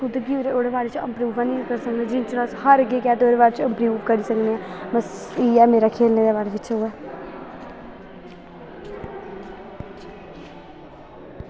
खुद गी ओह्दे बारे च इंप्रूव ऐनी करी सकने जिन्नै चिर अस हारगे ते ओह्दै बाद गै अस इंप्रूव करी सकदे ऐ बस इ'यै मेरा खेलने दे बारे बिच्च ऐ